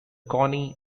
coney